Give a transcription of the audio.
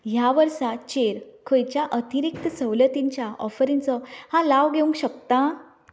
ह्या वर्सा चेर खंयच्याय अतिरिक्त सवलतीच्या ऑफरींचो हांव लाव घेवंक शकतां